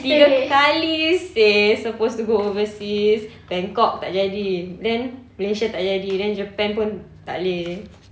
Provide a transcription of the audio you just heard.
tiga kali seh supposed to go overseas bangkok tak jadi then malaysia tak jadi then japan pun tak jadi